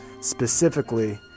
specifically